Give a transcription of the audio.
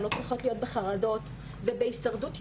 הן לא צריכות להיות בחרדות ובהישרדות יומיומית,